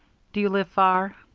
do you live far?